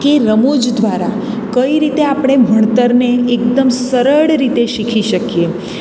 કે રમુજ દ્વારા કઈ રીતે આપણે ભણતરને એકદમ સરળ રીતે શીખી શકીએ